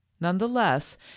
Nonetheless